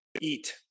eat